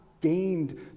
gained